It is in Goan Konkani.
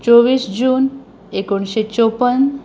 चोवीस जून एकोणशे चौपन्न